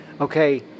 Okay